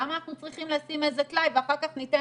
למה אנחנו צריכים לשים איזה טלאי ואחר כך ניתן